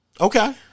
Okay